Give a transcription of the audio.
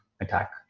attack